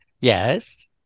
Yes